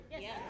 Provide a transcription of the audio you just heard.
Yes